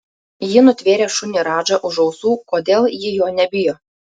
ji nutvėrė šunį radžą už ausų kodėl ji jo nebijo